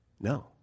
No